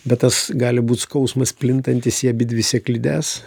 bet tas gali būt skausmas plintantis į abidvi sėklides